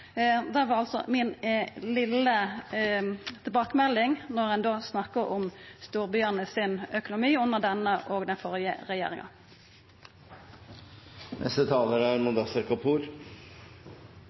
Det var mi tilbakemelding i høve til det ein seier når ein snakkar om storbyane sin økonomi under denne regjeringa og den førre